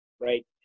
right